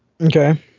Okay